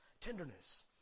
tenderness